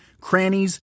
crannies